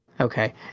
okay